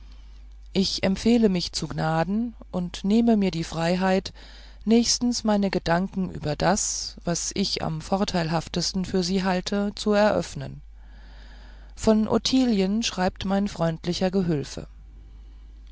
ich empfehle mich zu gnaden und nehme mir die freiheit nächstens meine gedanken über das was ich am vorteilhaftesten für sie halte zu eröffnen von ottilien schreibt mein freundlicher gehülfe